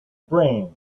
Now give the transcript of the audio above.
brain